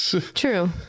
True